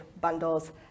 bundles